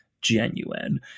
genuine